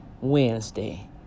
Wednesday